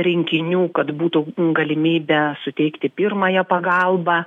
rinkinių kad būtų galimybė suteikti pirmąją pagalbą